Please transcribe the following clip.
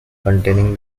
containing